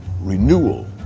renewal